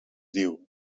diu